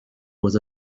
was